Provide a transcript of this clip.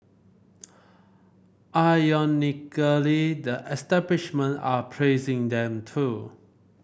ironically the establishment are praising them too